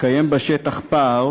יתקיים בשטח פער